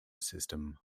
system